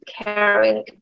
caring